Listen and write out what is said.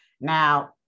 Now